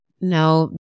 No